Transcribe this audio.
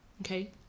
Okay